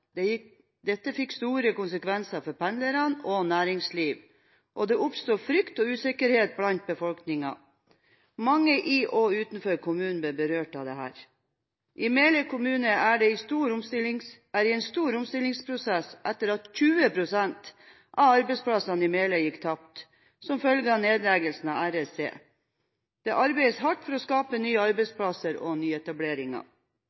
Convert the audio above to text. Dette fikk store konsekvenser for pendlere og næringsliv, og det oppsto frykt og usikkerhet blant befolkningen. Mange i og utenfor kommunen ble berørt av dette. Meløy kommune er i en stor omstillingsprosess etter at 20 pst. av arbeidsplassene gikk tapt som følge av nedleggelsen av REC. Det arbeides hardt for å skape nye